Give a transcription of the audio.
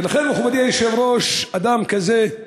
ולכן, מכובדי היושב-ראש, אדם כזה,